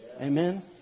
Amen